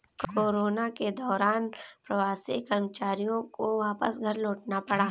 corona के दौरान प्रवासी कर्मचारियों को वापस घर लौटना पड़ा